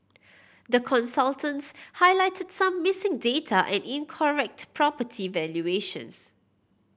the consultants highlighted some missing data and incorrect property valuations